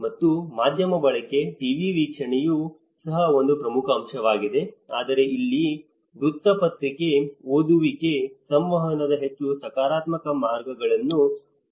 ಮತ್ತು ಮಾಧ್ಯಮ ಬಳಕೆ ಟಿವಿ ವೀಕ್ಷಣೆಯು ಸಹ ಒಂದು ಪ್ರಮುಖ ಅಂಶವಾಗಿದೆ ಆದರೆ ಇಲ್ಲಿ ವೃತ್ತಪತ್ರಿಕೆ ಓದುವಿಕೆ ಸಂವಹನದ ಹೆಚ್ಚು ಸಕಾರಾತ್ಮಕ ಮಾರ್ಗಗಳನ್ನು ತೋರಿಸಿದೆ